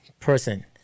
person